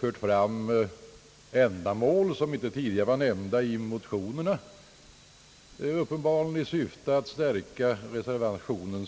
fört fram ändamål, som inte tidigare var nämnda i motionerna, uppenbarligen i syfte att stärka reservationen.